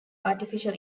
artificial